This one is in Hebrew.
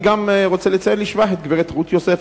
אני גם רוצה לציין לשבח את גברת רות יוסף,